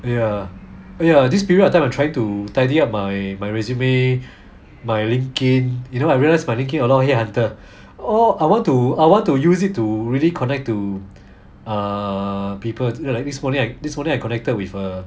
ya ya this period of time I'm trying to tidy up my my resume my linkedin you know I realise my linkedin a lot headhunters all I want to I want to use it to really connect to err people like this morning I only I connected with a